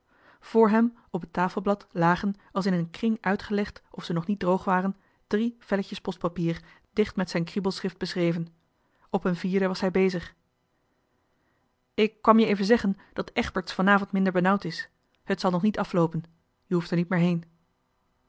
vr hem op het tafelblad lagen als in een kring uitgelegd of ze nog niet droog waren drie velletjes postpapier dicht met zijn kriebelschrift beschreven op een vierde was hij bezig ik kwam je even zeggen dat egberts vanavond minder benauwd is het zal nog niet afloopen je hoeft er niet meer heen